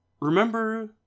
remember